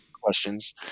questions